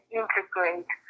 integrate